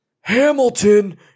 Hamilton